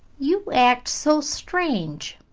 you act so strange.